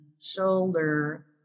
shoulder